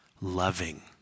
loving